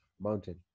mountain